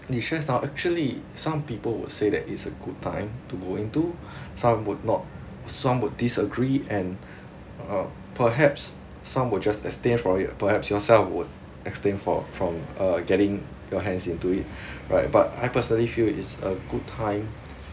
the shares now actually some people would say that is a good time to go in to some would not some would disagree and uh perhaps some would just abstain from it perhaps yourself would abstain for from uh getting your hands into it right but I personally feel is a good time